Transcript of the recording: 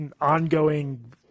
ongoing